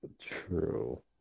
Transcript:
True